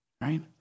right